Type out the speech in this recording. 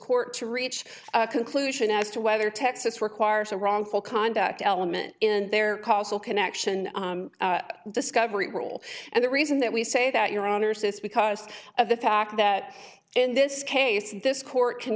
court to reach a conclusion as to whether texas requires a wrongful conduct element in their causal connection discovery rule and the reason that we say that your honour's this because of the fact that in this case this court can